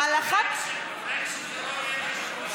על אחת, אולי כשזה לא יהיה לא ידברו שטויות?